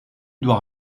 dois